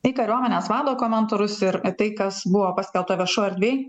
į kariuomenės vado komentarus ir tai kas buvo paskelbta viešoj erdvėj